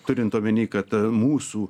turint omeny kad mūsų